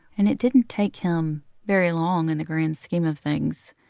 and it didn't take him very long in the grand scheme of things.